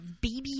Baby